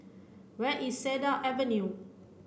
where is Cedar Avenue